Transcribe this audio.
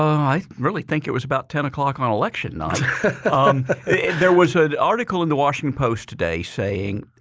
i really think it was about ten o'clock on election night. there was an article in the washington post today saying